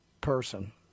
person